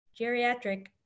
geriatric